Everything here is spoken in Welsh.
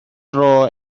dro